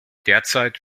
derzeit